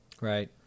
Right